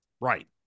Right